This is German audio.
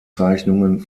zeichnungen